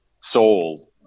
soul